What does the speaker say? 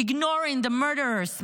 ignoring the murderous,